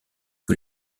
que